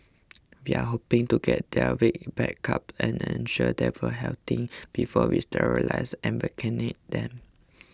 we are hoping to get their weight back up and ensure they are healthy before we sterilise and vaccinate them